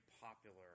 popular